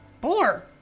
Boar